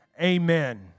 amen